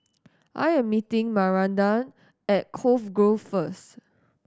I am meeting Maranda at Cove Grove first